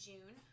June